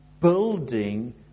building